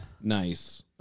Nice